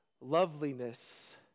loveliness